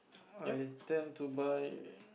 I tend to buy